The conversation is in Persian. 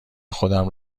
خودم